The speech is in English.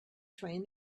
train